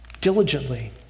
diligently